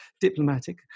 diplomatic